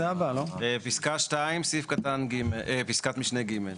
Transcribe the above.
פסקה 2, פסקת משנה ג'.